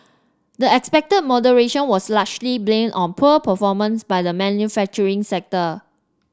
the expected moderation was largely blamed on poor performance by the manufacturing sector